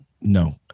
no